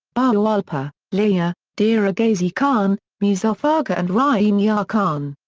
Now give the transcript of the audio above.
bahawalpur layyah, dera ghazi khan, muzaffargarh and rahim yar khan.